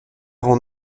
rend